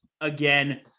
again